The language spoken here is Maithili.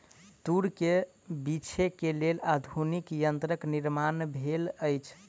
तूर के बीछै के लेल आधुनिक यंत्रक निर्माण भेल अछि